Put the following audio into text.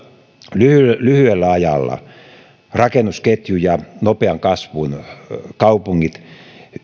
lyhyellä lyhyellä ajalla rakennusketju ja nopean kasvun kaupungit